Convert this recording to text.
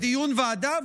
בדיון ועדה,